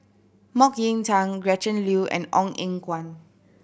Mok Ying Jang Gretchen Liu and Ong Eng Guan